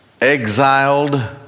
exiled